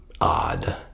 odd